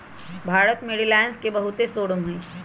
भारत में रिलाएंस के बहुते शोरूम हई